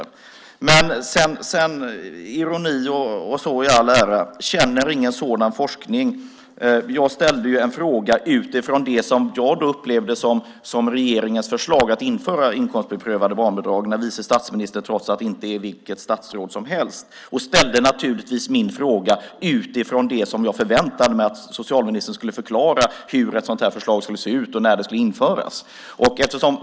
Ironi i all ära, socialministern säger att han inte känner till någon sådan forskning. Jag ställde en fråga utifrån det som jag upplevde som regeringens förslag att införa inkomstprövade barnbidrag. Vice statsministern är ju inte vilket statsråd som helst. Jag ställde naturligtvis min fråga utifrån att jag förväntade mig att socialministern skulle förklara hur ett sådant här förslag skulle se ut och när det skulle införas.